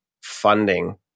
funding